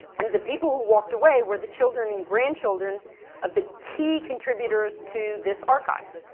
and the people who walked away were the children and grandchildren of the key contributors to this archive.